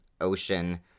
ocean